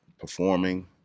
performing